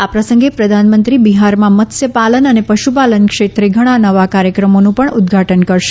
આ પ્રસંગે પ્રધાનમંત્રી બિહારમાં મત્સ્ય પાલન અને પશુપાલન ક્ષેત્રે ઘણા નવા કાર્યક્રમોનું પણ ઉદઘાટન કરશે